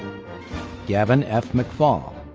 gavin f. mcfall.